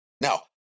Now